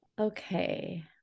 Okay